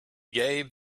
gave